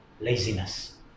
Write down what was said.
Laziness